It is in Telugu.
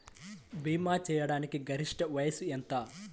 భీమా చేయాటానికి గరిష్ట వయస్సు ఎంత?